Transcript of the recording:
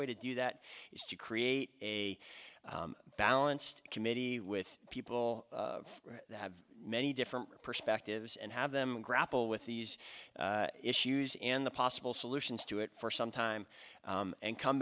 way to do that is to create a balanced committee with people that have many different perspectives and have them grapple with these issues and the possible solutions to it for some time and come